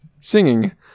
singing